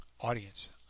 audience